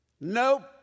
Nope